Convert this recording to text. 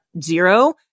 zero